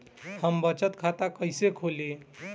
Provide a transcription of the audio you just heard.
हम बचत खाता कइसे खोलीं?